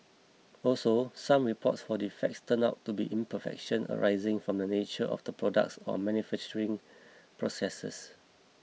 also some reports for defects turned out to be imperfections arising from the nature of the products or manufacturing processes